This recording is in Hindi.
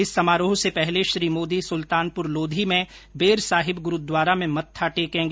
इस समारोह से पहले श्री मोदी सुलतानपुर लोधी में बेर साहिब गुरूद्वारा में मत्था टेकेंगे